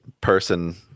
person